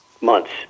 months